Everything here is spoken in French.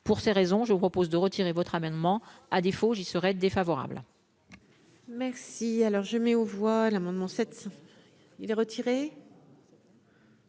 pour ces raisons, je vous propose de retirer votre amendement, à défaut, j'y serai défavorable.